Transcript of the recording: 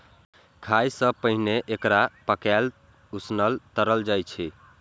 खाय सं पहिने एकरा पकाएल, उसनल, तरल जाइ छै